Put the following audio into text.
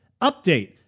Update